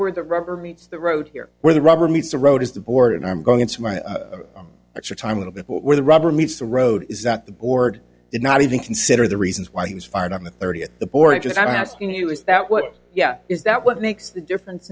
where the rubber meets the road here where the rubber meets the road is the board and i'm going it's my that's the time of the where the rubber meets the road is that the board did not even consider the reasons why he was fired on the thirtieth the boricuas i'm asking you is that what yeah is that what makes the difference